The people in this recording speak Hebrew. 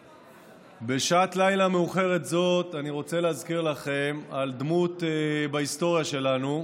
בשעת לילה מאוחרת זו אני רוצה להזכיר לכם דמות בהיסטוריה שלנו,